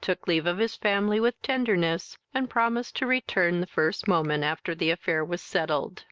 took leave of his family with tenderness, and promised to return the first moment after the affair was settled